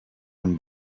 him